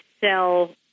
sell